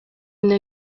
una